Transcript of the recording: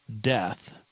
death